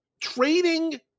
trading